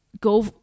go